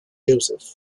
joseph